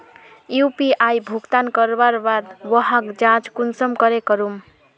UPI भुगतान करवार बाद वहार जाँच कुंसम करे करूम?